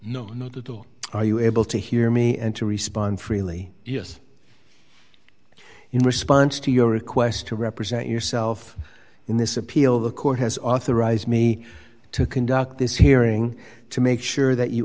no not at all are you able to hear me and to respond freely yes in response to your request to represent yourself in this appeal the court has authorized me to conduct this hearing to make sure that you